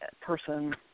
person